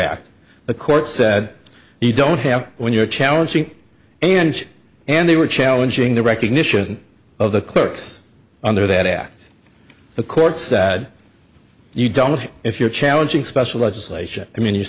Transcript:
act the court said you don't have when you're challenging and and they were challenging the recognition of the clerks under that act the court said you don't know if you're challenging special legislation i mean you